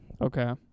Okay